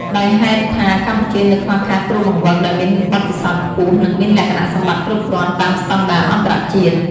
ដោយហេតុថាកម្ពុជានៅខ្វះខាតគ្រូបង្វឹកដែលមានបទពិសោធន៍ខ្ពស់ និងមានលក្ខណៈសម្បត្តិគ្រប់គ្រាន់តាមស្តង់ដារអន្តរជាតិ។